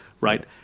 right